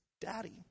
Daddy